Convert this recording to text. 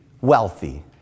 wealthy